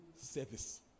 service